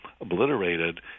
obliterated